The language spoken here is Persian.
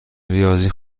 ریاضی